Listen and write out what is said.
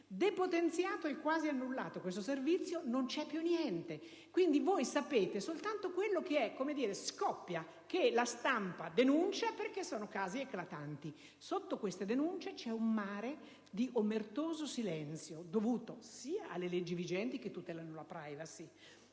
Depotenziato e quasi annullato questo servizio, non c'è più niente. Quindi, voi sapete soltanto quello che scoppia, che la stampa denuncia perché sono casi eclatanti. Sotto queste denunce c'è un mare di omertoso silenzio dovuto anche alle leggi vigenti che tutelano la *privacy*,